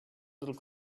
little